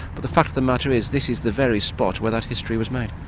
but the fact of the matter is, this is the very spot where that history was made.